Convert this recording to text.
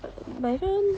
but my friend